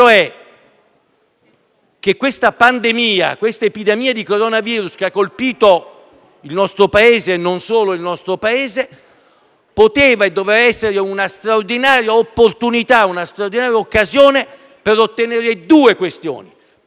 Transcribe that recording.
che questa pandemia, questa epidemia di *coronavirus* che ha colpito il nostro Paese e non solo, poteva e doveva essere una straordinaria opportunità, una straordinaria occasione per ottenere due risultati: in primo